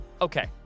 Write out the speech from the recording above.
Okay